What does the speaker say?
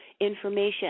information